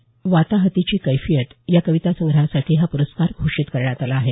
वाताहतीची कैफियतया कविता संग्रहासाठी हा पुरस्कार घोषित करण्यात आला आहे